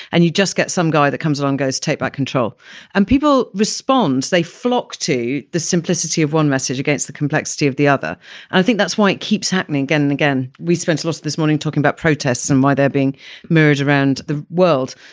and you'd just get some guy that comes along, goes take back control and people respond. they flock to the simplicity of one message against the complexity of the other. and i think that's why it keeps happening again and again. we spent a lot this morning talking about protests and why they're being merged around the world.